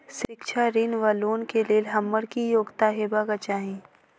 शिक्षा ऋण वा लोन केँ लेल हम्मर की योग्यता हेबाक चाहि?